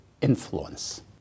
influence